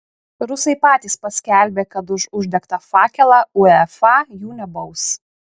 rusai patys paskelbė kad už uždegtą fakelą uefa jų nebaus